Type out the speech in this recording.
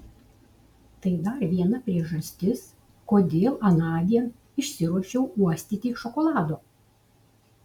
tai dar viena priežastis kodėl anądien išsiruošiau uostyti šokolado